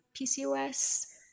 PCOS